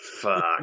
fuck